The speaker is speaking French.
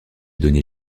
donné